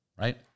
right